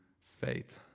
faith